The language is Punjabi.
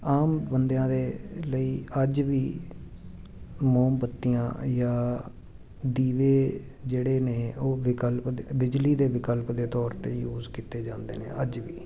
ਆਮ ਬੰਦਿਆਂ ਦੇ ਲਈ ਅੱਜ ਵੀ ਮੋਮਬੱਤੀਆਂ ਜਾਂ ਦੀਵੇ ਜਿਹੜੇ ਨੇ ਉਹ ਵਿਕਲਪ ਦੇ ਬਿਜਲੀ ਦੇ ਵਿਕਲਪ ਦੇ ਤੌਰ 'ਤੇ ਯੂਜ ਕੀਤੇ ਜਾਂਦੇ ਨੇ ਅੱਜ ਵੀ